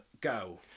Go